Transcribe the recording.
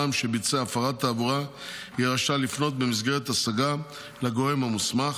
אדם שביצע הפרת תעבורה יהיה רשאי לפנות במסגרת השגה לגורם המוסמך